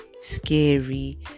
scary